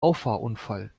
auffahrunfall